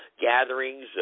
Gatherings